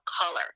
color